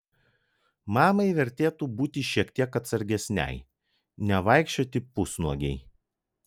mamai vertėtų būti šiek tiek atsargesnei nevaikščioti pusnuogei